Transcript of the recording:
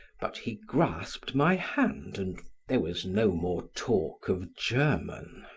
but he grasped my hand and there was no more talk of german.